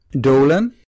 Dolan